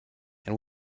and